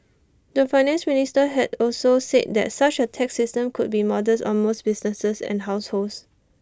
the Finance Minister had also said that such A tax system could be modest on most businesses and households